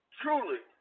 truly